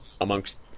amongst